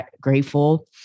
grateful